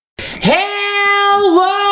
Hello